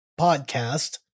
podcast